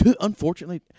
unfortunately